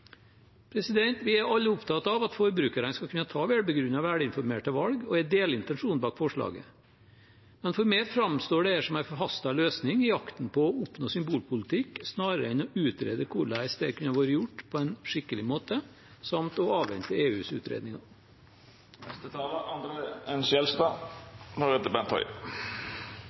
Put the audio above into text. Vi er alle opptatt av at forbrukeren skal kunne ta velbegrunnede og velinformerte valg, og jeg deler intensjonen bak forslaget. Men for meg framstår dette som en forhastet løsning i jakten på å oppnå symbolpolitikk, snarere enn å utrede hvordan dette kunne vært gjort på en skikkelig måte, samt å avvente EUs